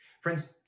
Friends